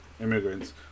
immigrants